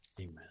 amen